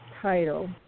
title